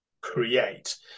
create